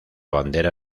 bandera